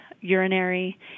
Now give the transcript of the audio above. urinary